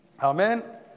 Amen